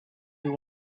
you